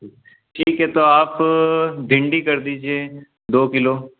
ठीक है तो आप भिंडी कर दीजिए दो किलो